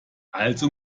also